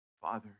Father